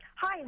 Hi